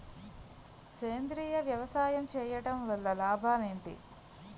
సేంద్రీయ వ్యవసాయం చేయటం వల్ల లాభాలు ఏంటి?